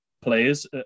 players